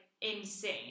insane